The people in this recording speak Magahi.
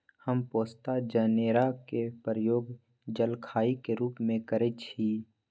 हम पोस्ता जनेरा के प्रयोग जलखइ के रूप में करइछि